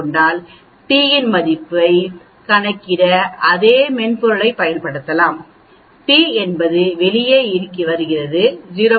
P மதிப்பைக் கணக்கிட அதே மென்பொருளைப் பயன்படுத்தலாம் p என்பது வெளியே வருகிறது 0